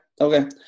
Okay